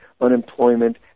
unemployment